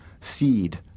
seed